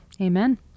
Amen